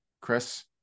Chris